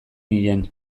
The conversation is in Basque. nien